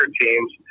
teams